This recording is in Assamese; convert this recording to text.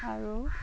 আৰু